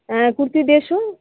ᱮᱸᱻ ᱠᱩᱨᱛᱤ ᱰᱮᱲᱥᱚ